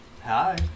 Hi